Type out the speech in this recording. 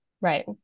Right